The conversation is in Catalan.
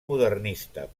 modernista